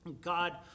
God